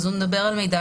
הוא מדבר על מידע